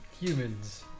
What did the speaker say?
Humans